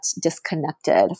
disconnected